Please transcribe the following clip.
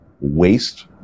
waste